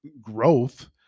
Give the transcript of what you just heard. growth